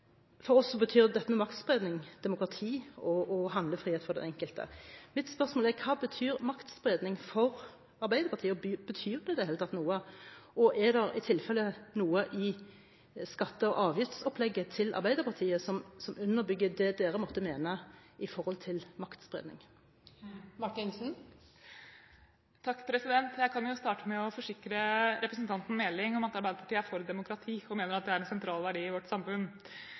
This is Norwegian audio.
For oss betyr dette med maktspredning demokrati og handlefrihet for den enkelte. Mitt spørsmål er hva maktspredning betyr for Arbeiderpartiet. Betyr det i det hele tatt noe? Og er det i tilfelle noe i skatte- og avgiftsopplegget til Arbeiderpartiet som underbygger det man måtte mene om maktspredning? Jeg kan jo starte med å forsikre representanten Meling om at Arbeiderpartiet er for demokrati og mener at det er en sentral verdi i et samfunn.